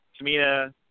Tamina